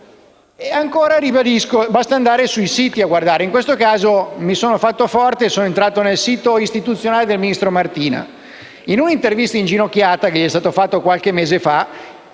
di AGEA? Ribadisco: basta andare a guardare sui siti. Mi sono fatto forte e sono entrato nel sito istituzionale del ministro Martina. In una intervista inginocchiata che gli è stata fatta qualche mese fa,